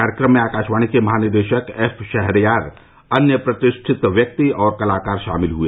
कार्यक्रम में आकाशवाणी के महानिदेशक एफ शहरयार अन्य प्रतिष्ठित व्यक्ति और कलाकार शामिल हुए